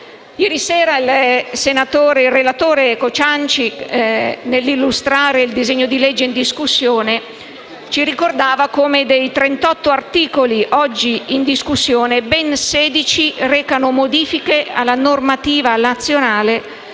Ieri sera, il relatore Cociancich, nell'illustrare il disegno di legge, ci ricordava come dei 38 articoli oggi in discussione ben 16 recano modifiche alla normativa nazionale